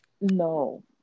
No